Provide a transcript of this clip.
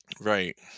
Right